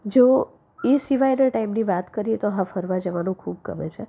જો એ સિવાયના ટાઈમની વાત કરીએ તો હા ફરવા જવાનું ખૂબ ગમે છે